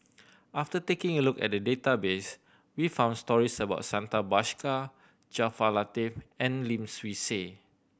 after taking a look at the database we found stories about Santha Bhaskar Jaafar Latiff and Lim Swee Say